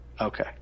Okay